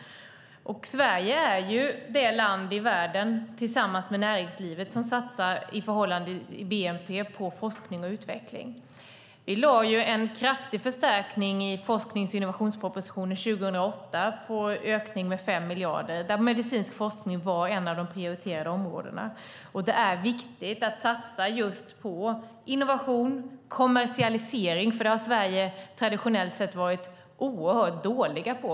Sverige är det land i världen där man tillsammans med näringslivet satsar förhållandevis mest av bnp på forskning och utveckling. Vi gjorde en kraftig förstärkning i forsknings och innovationspropositionen 2008 med en ökning på 5 miljarder. Medicinsk forskning var där ett av de prioriterade områdena. Det är viktigt att satsa på innovation och kommersialisering, för det har vi i Sverige traditionellt sett varit oerhört dåliga på.